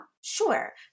Sure